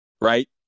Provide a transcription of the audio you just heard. Right